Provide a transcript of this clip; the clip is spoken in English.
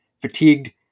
fatigued